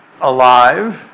alive